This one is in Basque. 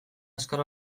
azkar